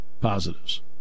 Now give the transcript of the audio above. Positives